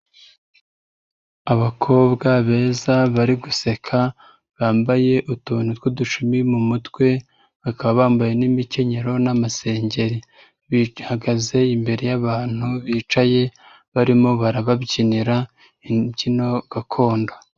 Abakobwa beza bari guseka bambaye utuntu tw'udushumi mu mutwe, bakaba bambaye n'imikenyero n'amasengeri, bihagaze imbere y'abantu bicaye barimo barababyinira imbyino gakondo.